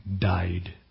died